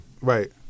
Right